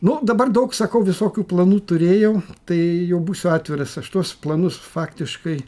nu dabar daug sakau visokių planų turėjau tai jau būsiu atviras aš tuos planus faktiškai